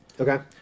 Okay